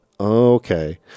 Okay